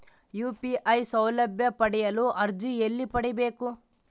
UPI ಸೌಲಭ್ಯ ಪಡೆಯಲು ಅರ್ಜಿ ಎಲ್ಲಿ ಪಡಿಬೇಕು?